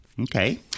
Okay